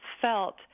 felt